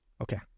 Okay